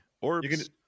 orbs